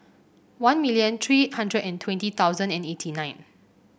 one million three hundred and twenty thousand and eighty nine